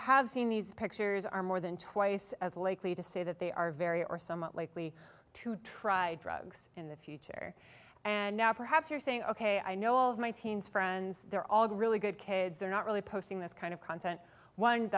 have seen these pictures are more than twice as likely to say that they are very or somewhat likely to try drugs in the future and now perhaps you're saying ok i know all of my teens friends they're all really good kids they're not really posting this kind of content one